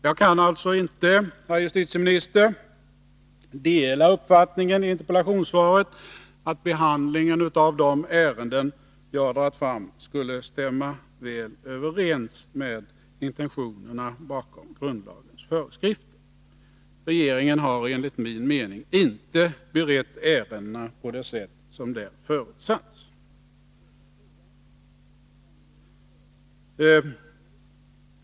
Jag kan alltså inte, herr justitieminister, dela uppfattningen i interpellationssvaret att behandlingen av de ärenden jag tagit upp skulle stämma väl överens med intentionerna bakom grundlagens föreskrifter. Regeringen har enligt min mening inte berett ärendena på det sätt som där förutsatts.